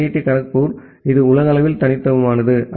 D Kharagpur இது உலகளவில் தனித்துவமானது ஐ